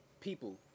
people